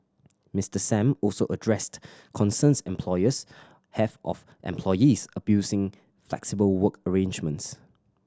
Mister Sam also addressed concerns employers have of employees abusing flexible work arrangements